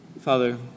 Father